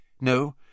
No